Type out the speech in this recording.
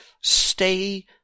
stay